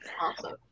Awesome